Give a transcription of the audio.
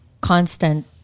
constant